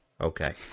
Okay